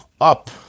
up